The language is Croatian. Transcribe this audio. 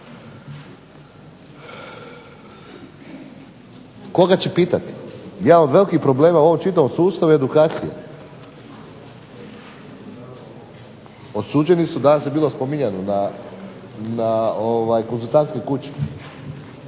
Koga će pitati? Jedan od velikih problema u čitavom ovom sustavu je edukacija. Osuđeni su, danas je bilo spominjao, na konzultantske kuće.